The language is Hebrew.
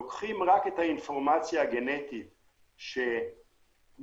לוקחים רק את האינפורמציה הגנטית שמקודדת,